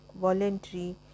voluntary